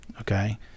Okay